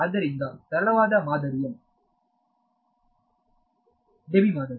ಆದ್ದರಿಂದ ಸರಳವಾದ ಮಾದರಿಯು ಡ್ರಡ್ ಮಾದರಿ